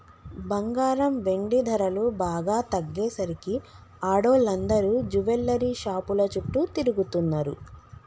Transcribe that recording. బంగారం, వెండి ధరలు బాగా తగ్గేసరికి ఆడోళ్ళందరూ జువెల్లరీ షాపుల చుట్టూ తిరుగుతున్నరు